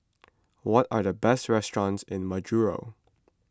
what are the best restaurants in Majuro